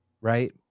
right